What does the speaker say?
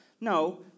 No